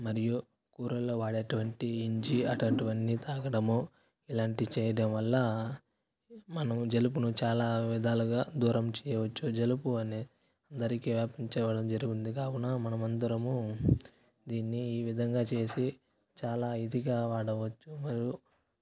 మరియు కూరల్లో వాడేటువంటి ఇంజీ అలాంటి వన్ని తాగడము ఇలాంటివి చేయడం వల్ల మనము జలుబును చాలా విధాలుగా దూరం చేయవచ్చు జలుబు అనేది అందరికీ వ్యాపించడం జరిగింది కావున మనమందరము దీన్ని ఈ విధంగా చేసి చాలా ఇదిగా వాడవచ్చు మరియు